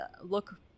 Look